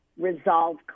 resolve